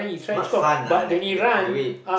not fun lah like the way